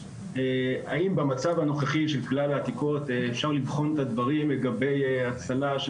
האם במצב הנוכחי של כלל העתיקות אפשר לבחון את הדברים לגבי הצלה של